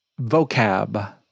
vocab